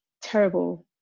terrible